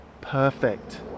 perfect